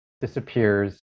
disappears